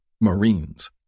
Marines